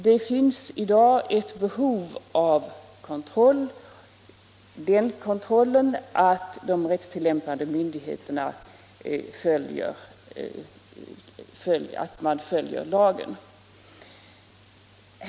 Det finns i dag ett behov av kontroll av att de rättstillämpande myndigheterna följer lagen.